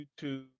YouTube